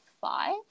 five